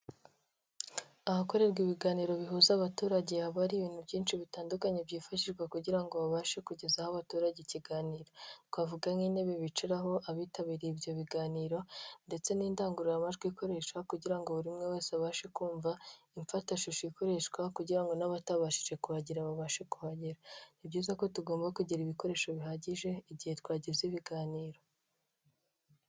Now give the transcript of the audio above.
Ahakorerwa ibiganiro bihuza abaturage haba ari ibintu byinshi bitandukanye byifashishwa kugira ngo babashe kugezaho abaturage ikiganiro. Twavuga nk'intebe biciraho, abitabiriye ibyo biganiro ndetse n'indangururamajwi ikoreshwa kugira ngo buri umwe wese abashe kumva, imfatashusho ikoreshwa kugira n'abatabashije kuhagera babashe kuhagera. Ni byiza ko tugomba kugira ibikoresho bihagije igihe twagize ibiganiro.